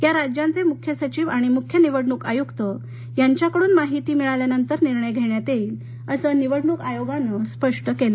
या राज्यांचे मुख्य सचिव आणि मुख्य निवडणुक आयुक्त यांच्याकडून माहिती मिळाल्यानंतर निर्णय घेण्यात येइल अस निवडणुक आयोगानं स्पष्ट केलं